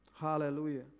hallelujah